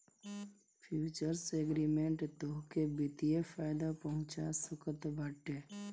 futures agreement तोहके वित्तीय फायदा पहुंचा सकत बाटे